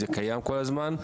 זה קיים כל הזמן.